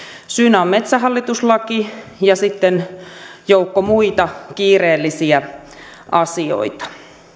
syynä on metsähallitus laki ja sitten joukko muita kiireellisiä asioita